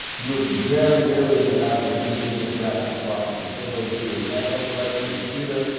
you're very rarely gonna have a human being interact with that process. your thing goes through your hand held device or your computer,